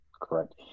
Correct